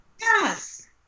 Yes